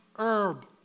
Herb